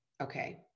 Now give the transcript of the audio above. Okay